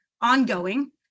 ongoing